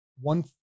one